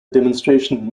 demonstration